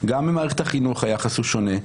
גם במערכת החינוך היחס הוא שונה.